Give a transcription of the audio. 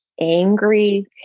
angry